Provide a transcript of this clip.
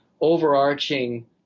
overarching